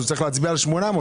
אז הוא צריך להצביע על 800,